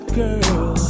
girl